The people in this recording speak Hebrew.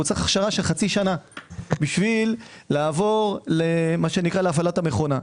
הוא צריך הכשרה של חצי שנה לעבור להפעלת המכונה.